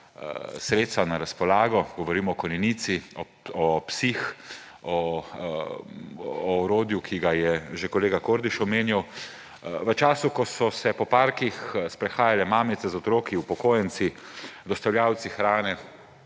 sredstva na razpolago, govorim o konjenici, o psih, o orodju, ki ga je že kolega Kordiš omenjal, v času, ko so se po parkih sprehajale mamice z otroki, upokojenci, dostavljavci hrane,